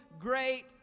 great